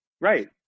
right